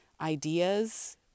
ideas